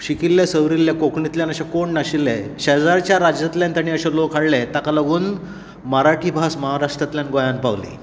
शिकिल्ले सवरिल्ले कोंकणीतले अशें कोण नाशिल्ले शेजारच्या राज्यांतल्यान ताणी अशें लोक हाडले ताका लागून मराठी भास महाराष्ट्रांतल्यान गोंयांत पावली